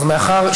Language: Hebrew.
אז מאחר,